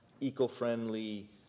eco-friendly